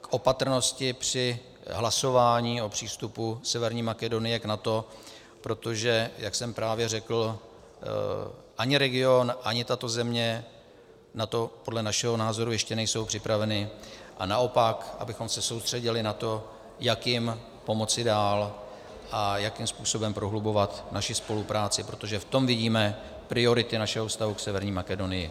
k opatrnosti při hlasování o přístupu Severní Makedonie k NATO, protože jak jsem právě řekl, ani region, ani tato země na to podle našeho názoru ještě nejsou připraveny, a naopak, abychom se soustředili na to, jak jim pomoci dál a jakým způsobem prohlubovat naši spolupráci, protože v tom vidíme priority našeho vztahu k Severní Makedonii.